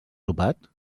sopat